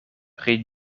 pri